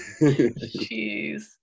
Jeez